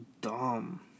dumb